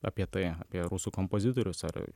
apie tai apie rusų kompozitorius ar